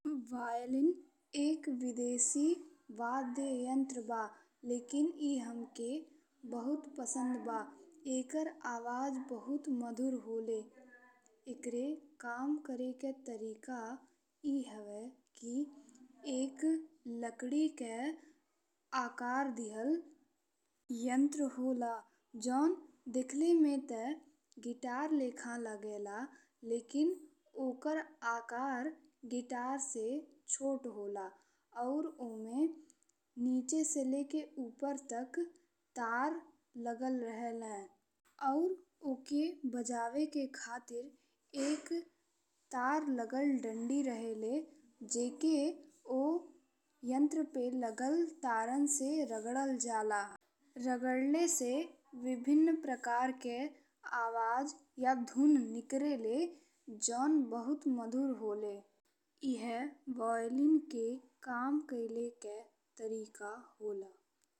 Violin एक विदेशी वाद्य यंत्र बा, लेकिन ए हमके बहुत पसंद बा। एकर आवाज बहुत मधुर होले। एखरे काम करे के तरीका ई हवे कि एक लकड़ी के आकार दिहल यंत्र होला जौन देखले में ते गिटार लेखा लागेला। लेकिन ओकर आकार गिटार से छोट होला और ओमें नीचे से लेके ऊपर तक तार लागल रहेला और ओके बजावे के खातिर एक तार लागल डंडी रहेला जेक ओ यंत्र पे लागल तारन से रगड़ल जाला। रगड़ले से विभिन्न प्रकार के आवाज या धुन निकलेंले जौन बहुत मधुर होले। एह वायलिन के काम कइले के तरीका होला।